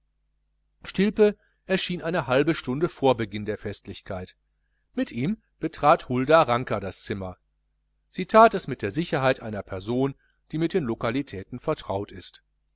stilpe erschien eine halbe stunde vor beginn der festlichkeit mit ihm betrat hulda ranker das zimmer sie that es mit der sicherheit einer person die mit den lokalitäten vertraut ist